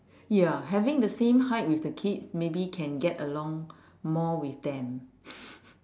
ya having the same height with the kids maybe can get along more with them